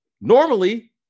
Normally